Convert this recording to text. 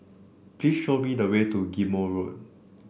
please show me the way to Ghim Moh Road